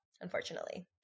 unfortunately